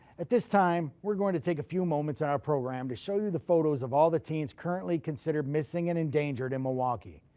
at this time, we're going to take a few moments in our program to show you the photos of all the teens currently considered missing and endangered in milwaukee.